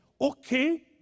Okay